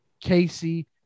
Casey